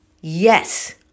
yes